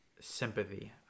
sympathy